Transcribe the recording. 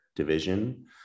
division